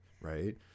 right